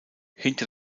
hinter